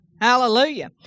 Hallelujah